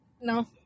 No